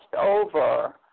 over